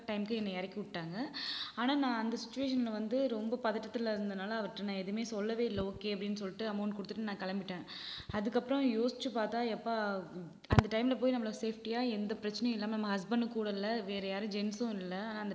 டைம்க்கு என்னைய இறக்கி விட்டாங்க ஆனால் நான் அந்த சிச்சுவேஷனில் வந்து ரொம்ப பதட்டத்தில் இருந்தனால் அவர்கிட்ட நான் எதுவுமே சொல்லவே இல்லை ஓகே அப்படின்னு சொல்லிட்டு அமௌன்ட் கொடுத்துட்டு நான் கிளம்பிட்டேன் அதுக்கப்புறம் யோசிச்சு பார்த்தா எப்பா அந்த டைமில் போய் நம்மளை சேஃப்டியா எந்த பிரச்சினையும் இல்லாமல் நம்ம ஹஸ்பண்டும் கூட இல்லை வேற யாரும் ஜென்ஸும் இல்லை